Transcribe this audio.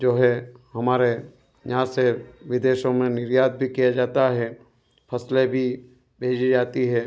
जो है हमारे यहाँ से विदेशों में निर्यात भी किया जाता है फसले भी भेजी जाती है